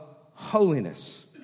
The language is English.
holiness